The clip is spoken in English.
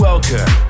Welcome